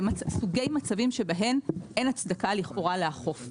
לסוגי מצבים שבהם אין הצדקה לכאורה לאכוף,